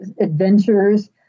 adventures